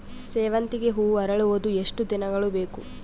ಸೇವಂತಿಗೆ ಹೂವು ಅರಳುವುದು ಎಷ್ಟು ದಿನಗಳು ಬೇಕು?